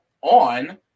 on